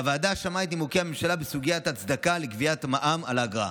והוועדה שמעה את נימוקי הממשלה בסוגיית ההצדקה לגביית מע"מ על האגרה.